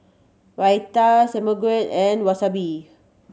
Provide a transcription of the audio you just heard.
Raita Samgeyopsal and Wasabi